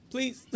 Please